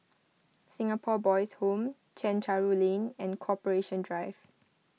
Singapore Boys' Home Chencharu Lane and Corporation Drive